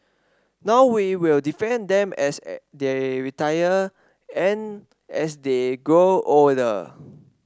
now we will defend them as they retire and as they grow older